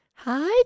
Hi